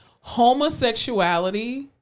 Homosexuality